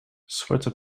zwarte